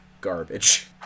garbage